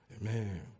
Amen